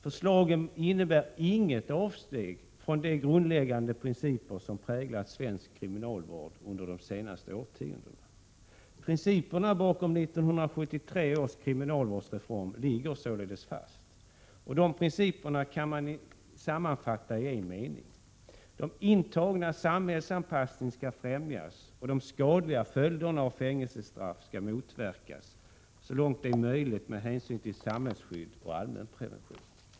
Förslagen innebär inget avsteg från de grundläggande principer som har präglat svensk kriminalvård under de senaste årtiondena. Principerna bakom 1973 års kriminalvårdsreform ligger således fast. Dessa principer kan 19 sammanfattas i en mening: De intagnas samhällsanpassning skall främjas, och de skadliga följderna av fängelsestraff skall motverkas så långt det är möjligt med hänsyn till samhällsskydd och allmänprevention.